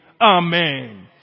Amen